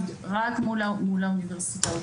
רק מול האוניברסיטאות.